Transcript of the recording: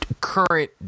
current